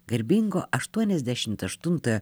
garbingo aštuoniasdešimt aštuntojo